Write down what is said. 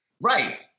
Right